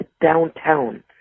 downtown